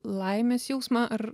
laimės jausmą ar